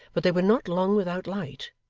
but they were not long without light,